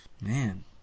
Man